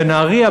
בנהרייה,